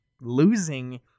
losing